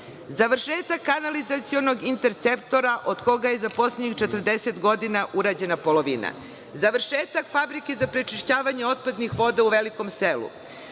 završetak kanalizacionog intrceptora od koga je za poslednjih 40 godina urađena polovina. Završetak fabrike za prečišćavanje otpadnih voda u Velikom Selu,